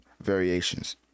Variations